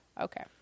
Okay